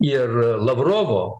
ir lavrovo